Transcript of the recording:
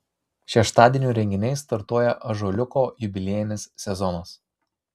šeštadienio renginiais startuoja ąžuoliuko jubiliejinis sezonas